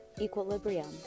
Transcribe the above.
equilibrium